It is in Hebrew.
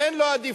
תן לו עדיפות,